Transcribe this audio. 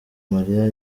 maria